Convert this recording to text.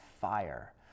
fire